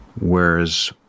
whereas